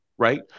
right